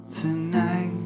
tonight